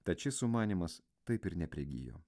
tad šis sumanymas taip ir neprigijo